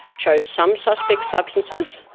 chose some suspect substances,